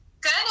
good